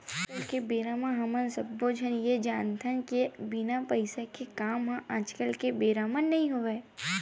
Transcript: आज के बेरा म हमन सब्बे झन ये जानथन के बिना पइसा के काम ह आज के बेरा म नइ होवय